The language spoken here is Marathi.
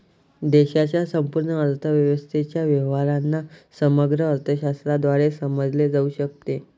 देशाच्या संपूर्ण अर्थव्यवस्थेच्या व्यवहारांना समग्र अर्थशास्त्राद्वारे समजले जाऊ शकते